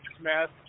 Smith